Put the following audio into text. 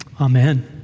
Amen